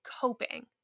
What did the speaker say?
coping